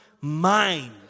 mind